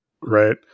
Right